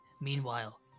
Meanwhile